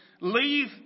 leave